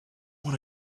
want